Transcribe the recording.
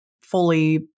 fully